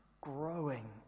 growing